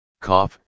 Cough